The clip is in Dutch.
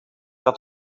had